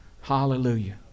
Hallelujah